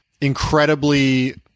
incredibly